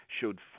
showed